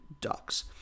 Ducks